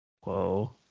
Whoa